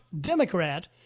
Democrat